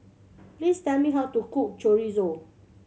please tell me how to cook Chorizo